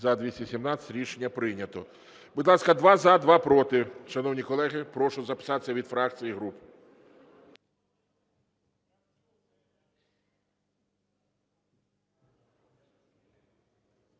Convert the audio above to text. За-217 Рішення прийнято. Будь ласка, два – за, два – проти, шановні колеги. Прошу записатися від фракцій і груп.